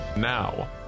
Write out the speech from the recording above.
Now